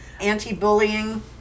anti-bullying